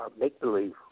make-believe